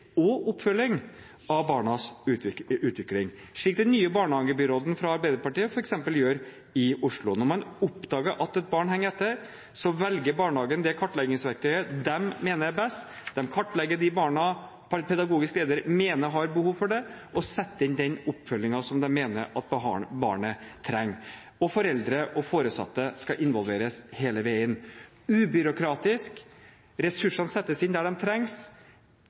og oppfølging av barnas utvikling, slik f.eks. den nye barnehagebyråden fra Arbeiderpartiet gjør i Oslo. Når man oppdager at et barn henger etter, velger barnehagen det kartleggingsverktøyet de mener er best. De kartlegger de barna pedagogisk leder mener har behov for det, og setter inn den oppfølgingen de mener barnet trenger, og foreldre og foresatte skal involveres hele veien – ubyråkratisk, ressursene settes inn der de trengs,